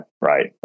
Right